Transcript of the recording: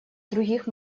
других